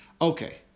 Okay